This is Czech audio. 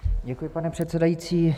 Děkuji, pane předsedající.